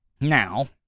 Now